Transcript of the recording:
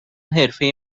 حرفه